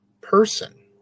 person